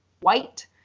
white